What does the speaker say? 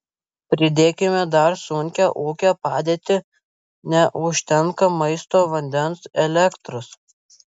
pridėkime dar sunkią ūkio padėtį neužtenka maisto vandens elektros